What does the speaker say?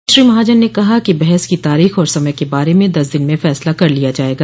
सुश्री महाजन ने कहा कि बहस की तारीख और समय के बारे में दस दिन में फैसला कर लिया जाएगा